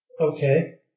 Okay